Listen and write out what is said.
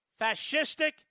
fascistic